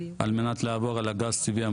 על מנת לעבור לגז הטבעי,